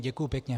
Děkuji pěkně.